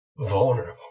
vulnerable